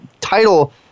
title